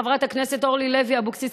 חברת הכנסת אורלי לוי אבקסיס,